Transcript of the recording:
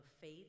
faith